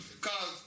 cause